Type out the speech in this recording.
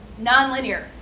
nonlinear